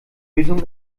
lösung